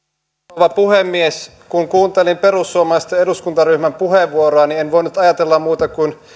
rouva puhemies kun kuuntelin perussuomalaisten eduskuntaryhmän puheenvuoroa en voinut ajatella